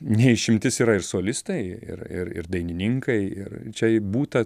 ne išimtis yra ir solistai ir ir ir dainininkai ir čia būta